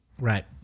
Right